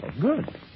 Good